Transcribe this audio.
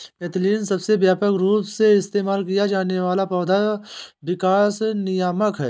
ethylene सबसे व्यापक रूप से इस्तेमाल किया जाने वाला पौधा विकास नियामक है